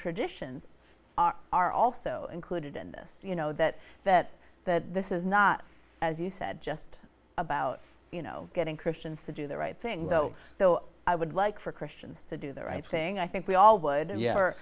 traditions are are also included in this you know that that that this is not as you said just about you know getting christians to do the right thing though so i would like for christians to do the right thing i think we all would